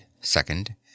second